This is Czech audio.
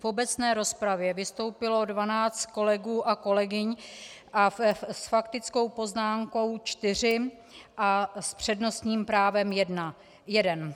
V obecné rozpravě vystoupilo 12 kolegů a kolegyň a s faktickou poznámkou čtyři a s přednostním právem jeden.